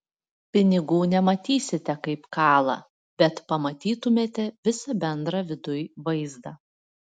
pinigų nematysite kaip kala bet pamatytumėte visą bendrą viduj vaizdą